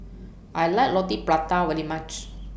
I like Roti Prata very much